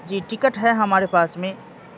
جی ticket ہے ہمارے پاس میں